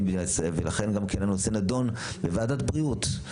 במדינת ישראל ולכן גם כן הנושא נדון בוועדת בריאות,